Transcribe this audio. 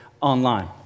online